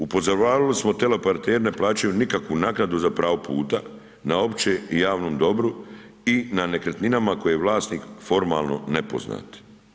Upozoravali smo da teleoperateri ne plaćaju nikakvu naknadu za pravo puta na općem i javnom dobru i na nekretninama na kojima je vlasnik formalno nepoznati.